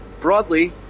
broadly